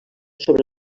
sobre